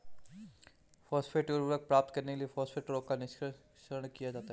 Phosphate उर्वरक प्राप्त करने के लिए फॉस्फेट रॉक का निष्कर्षण कैसे किया जाता है?